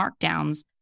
markdowns